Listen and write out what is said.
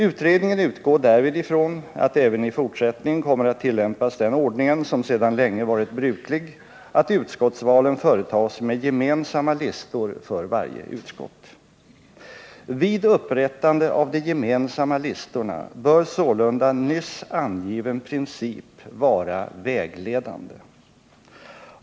Utredningen utgår därvid ifrån att även i fortsättningen kommer att tillämpas den ordningen som sedan länge varit bruklig att utskottsvalen företas med gemensamma listor för varje utskott. Vid upprättande av de gemensamma listorna bör sålunda nyss angiven princip vara vägledande.